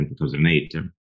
2008